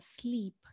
sleep